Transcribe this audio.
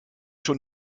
schon